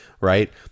right